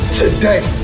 today